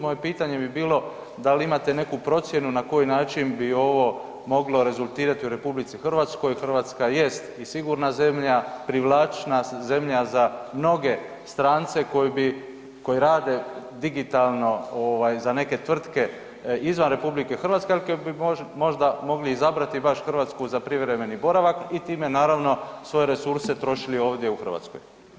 Moje pitanje bi bilo da li imate neku procjenu na koji način bi ovo moglo rezultirati u RH, Hrvatska jest i sigurna zemlja, privlačna zemlja za mnoge strance koji bi, koji rade digitalno ovaj za neke tvrtke izvan RH, al koji bi možda mogli izabrati baš Hrvatsku za privremeni boravak i time naravno svoje resurse trošili ovdje u Hrvatskoj?